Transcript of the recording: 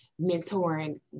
mentoring